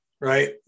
right